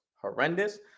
horrendous